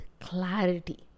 clarity